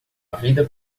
vida